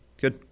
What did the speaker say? good